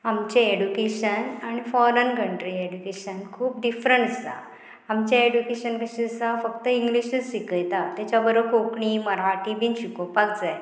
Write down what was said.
आमचे एडुकेशन आनी foreign country education खूब डिफरंट आसा आमचें एड्युकेशन कशी आसा फक्त इंग्लीशूच शिकयता तेच्या बरोबर कोंकणी मराठी बीन शिकोवपाक जाय